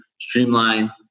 streamline